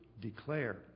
declare